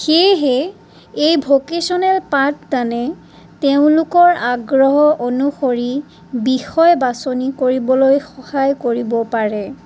সেয়েহে এই ভকেচনেল পাঠদানে